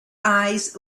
eyes